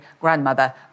grandmother